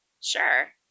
Sure